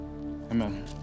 amen